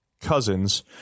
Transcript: Cousins